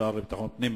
תודה לשר לביטחון הפנים.